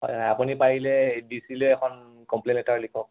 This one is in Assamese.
হয় হয় আপুনি পাৰিলে ডি চিলৈ এখন কমপ্লেইন লেটাৰ লিখক